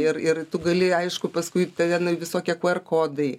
ir ir tu gali aišku paskui tave in visokie ku er kodai